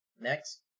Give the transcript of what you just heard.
Next